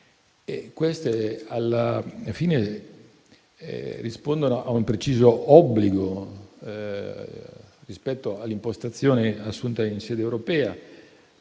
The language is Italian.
ultima analisi rispondono a un preciso obbligo rispetto all'impostazione assunta in sede europea